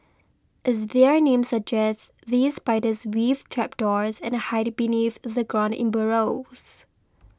as their name suggests these spiders weave trapdoors and hide beneath the ground in burrows